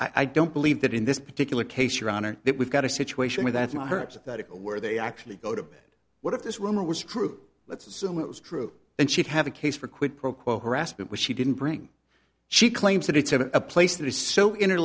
so i don't believe that in this particular case your honor that we've got a situation where that's not her where they actually go to what if this rumor was true let's assume it was true and she'd have a case for quid pro quo harassment which she didn't bring she claims that it's a place that is so inter